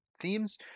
themes